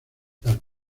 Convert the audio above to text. las